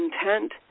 intent